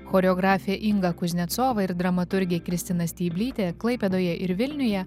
choreografė inga kuznecova ir dramaturgė kristina steiblytė klaipėdoje ir vilniuje